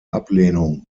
ablehnung